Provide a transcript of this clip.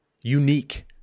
unique